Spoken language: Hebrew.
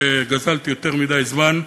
שגזלתי יותר מדי זמן.